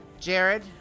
Jared